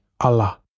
Allah